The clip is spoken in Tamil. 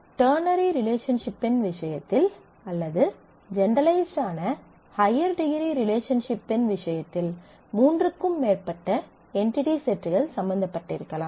டெர்னரி ரிலேஷன்ஷிப்பின் விஷயத்தில் அல்லது ஜெனெரலைஸ்ட் ஆன ஹய்யர் டிகிரி ரிலேஷன்ஷிப்பின் விஷயத்தில் மூன்றுக்கும் மேற்பட்ட என்டிடி செட்கள் சம்பந்தப்பட்டிருக்கலாம்